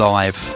Live